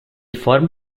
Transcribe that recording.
form